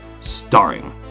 Starring